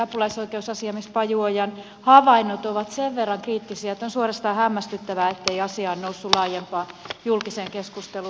apulaisoikeusasiamies pajuojan havainnot ovat sen verran kriittisiä että on suorastaan hämmästyttävää ettei asia ole noussut laajempaan julkiseen keskusteluun